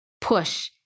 push